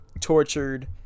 tortured